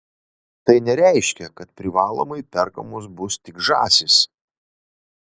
tai nereiškia kad privalomai perkamos bus tik žąsys